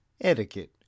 etiquette